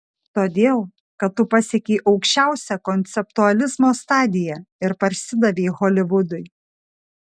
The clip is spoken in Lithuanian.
todėl kad tu pasiekei aukščiausią konceptualizmo stadiją ir parsidavei holivudui